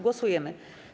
Głosujemy.